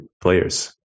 players